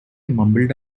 mumbled